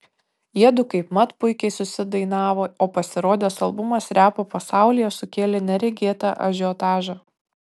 jiedu kaipmat puikiai susidainavo o pasirodęs albumas repo pasaulyje sukėlė neregėtą ažiotažą